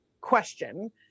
question